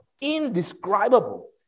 indescribable